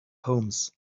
homes